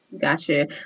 Gotcha